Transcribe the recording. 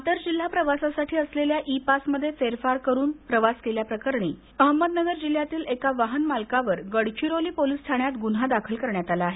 आंतरजिल्हा प्रवासासाठी असलेल्या ई पासमध्ये फेरफार करुन तिची मुदत वाढवून प्रवास केल्याप्रकरणी अहमदनगर जिल्ह्यातील एका वाहनमालकावर गडचिरोली पोलिस ठाण्यात गुन्हा दाखल करण्यात आला आहे